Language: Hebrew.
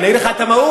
אני אגיד לך את המהות.